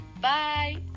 Bye